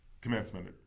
commencement